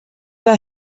that